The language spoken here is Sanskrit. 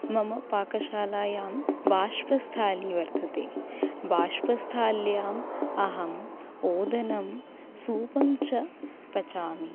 मम पाकशालायां बाष्पस्थाली वर्तते बाष्पस्थाल्याम् अहम् ओदनं सूपं च पचामि